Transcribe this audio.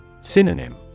Synonym